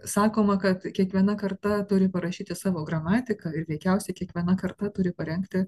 sakoma kad kiekviena karta turi parašyti savo gramatiką ir veikiausiai kiekviena karta turi parengti